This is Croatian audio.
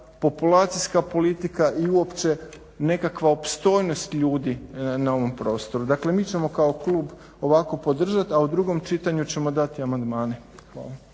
populacijska politika i uopće nekakva opstojnost ljudi na ovom prostoru. Dakle, mi ćemo kao klub ovako podržati a u drugom čitanju ćemo dati amandmane. Hvala.